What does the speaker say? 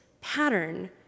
pattern